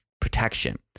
protection